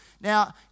Now